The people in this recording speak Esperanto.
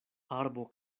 arbo